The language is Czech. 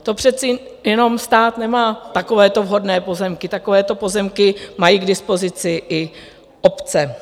To přece jenom stát nemá takovéto vhodné pozemky, takovéto pozemky mají k dispozici i obce.